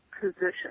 position